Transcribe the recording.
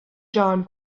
john